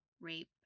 rape